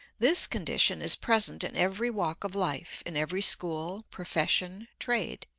this condition is present in every walk of life, in every school, profession, trade.